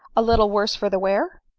a little worse for the wear!